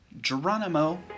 Geronimo